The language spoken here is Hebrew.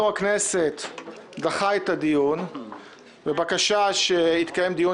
יושב-ראש הכנסת דחה את הדיון בבקשה שיתקיים דיון